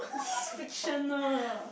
this is fictional